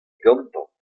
gantañ